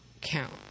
count